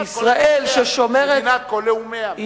מדינת כל לאומיה.